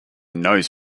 knows